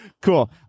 Cool